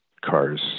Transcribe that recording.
cars